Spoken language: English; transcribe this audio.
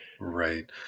right